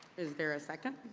is there a second?